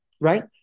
right